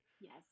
Yes